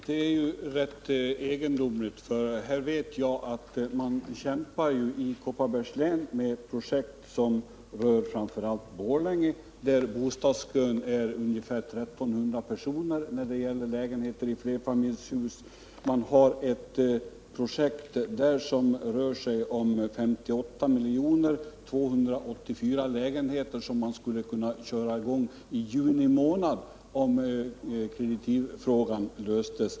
Herr talman! Det är rätt egendomligt, för jag vet att man i Kopparbergs län kämpar med projekt som framför allt rör Borlänge, där bostadskön omfattar ungefär 1 300 personer till lägenheter i flerfamiljshus. Det finns ett projekt på omkring 58 miljoner, avseende 284 lägenheter som man skulle kunna sätta i gång i juni månad, om kreditivfrågan löstes.